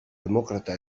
demokrata